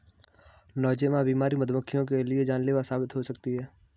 Nosema बीमारी मधुमक्खियों के लिए जानलेवा साबित हो सकती है